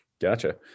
Gotcha